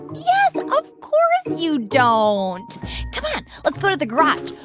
yeah like of course you don't come on. let's go to the garage.